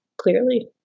clearly